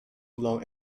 long